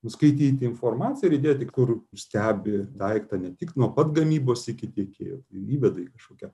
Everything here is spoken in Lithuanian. nuskaityti informaciją ir įdėti kur stebi daiktą ne tik nuo pat gamybos iki tiekėjo įveda į kažkokią